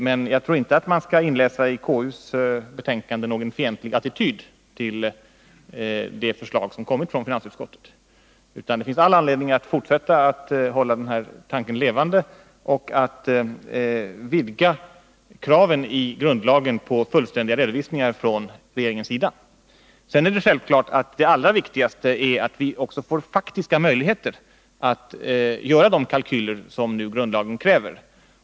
Men jag tror inte att man i KU:s betänkande skall inläsa någon fientlig attityd till det förslag som kommit från finansutskottet. Det finns all anledning att fortsätta att hålla den här tanken levande och att vidga kraven i grundlagen på fullständiga redovisningar från regeringens sida. Sedan är det självklart att det allra viktigaste är att vi också får faktiska möjligheter att göra de kalkyler som grundlagen kräver.